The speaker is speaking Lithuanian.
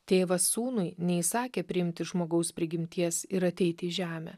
tėvas sūnui neįsakė priimti žmogaus prigimties ir ateiti į žemę